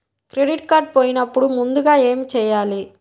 Credit card పోయినపుడు ముందుగా ఏమి చేయాలి?